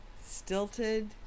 stilted